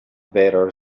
better